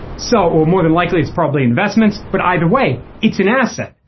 so we're more than likely it's probably investments but either way it's an asset.